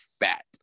fat